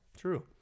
True